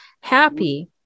happy